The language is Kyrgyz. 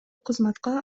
кызматка